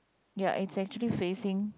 ya is actually facing